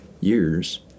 years